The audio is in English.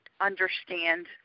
understand